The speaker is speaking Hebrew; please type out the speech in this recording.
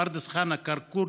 פרדס חנה-כרכור,